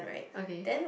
okay